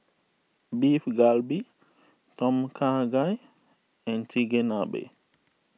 Beef Galbi Tom Kha Gai and Chigenabe